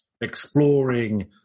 exploring